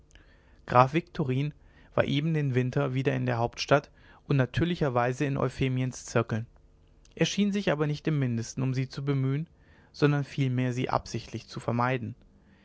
graf viktorin war eben den winter wieder in der hauptstadt und natürlicherweise in euphemiens zirkeln er schien sich aber nicht im mindesten um sie zu bemühen sondern vielmehr sie absichtlich zu vermeiden